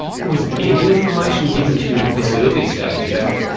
was any information given to you at this early stage about,